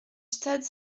stade